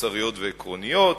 מוסריות ועקרוניות,